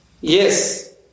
Yes